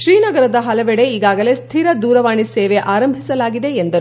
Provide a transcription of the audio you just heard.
ಶ್ರೀನಗರದ ಹಲವೆಡೆ ಈಗಾಗಲೇ ಸ್ನಿರ ದೂರವಾಣಿ ಸೇವೆ ಆರಂಭಿಸಲಾಗಿದೆ ಎಂದರು